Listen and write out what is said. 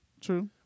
True